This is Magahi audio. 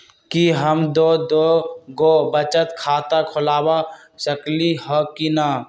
कि हम दो दो गो बचत खाता खोलबा सकली ह की न?